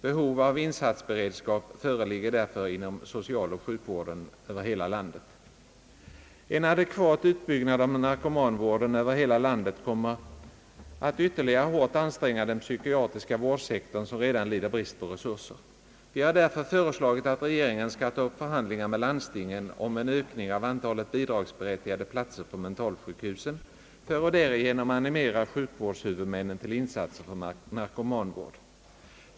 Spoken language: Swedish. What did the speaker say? Behov av insatsberedskap föreligger därför inom socialoch sjukvården i hela landet. En adekvat utbyggnad av narkomanvården över hela landet kommer att ytterligare hårt anstränga den psykiatriska vårdsektorn, som redan lider brist på resurser. Vi har därför föreslagit att regeringen skall ta upp förhandlingar med landstingen om en ökning av antalet bidragsberättigade platser på mentalsjukhusen för att därigenom animera sjukvårdshuvudmännen till insatser för narkomanvård.